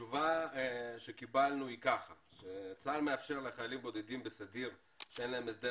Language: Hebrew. התשובה שקיבלנו היא שצה"ל מאפשר לחיילים בודדים בסדיר שאין להם הסדר